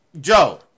Joe